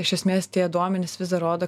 iš esmės tie duomenys vis dar rodo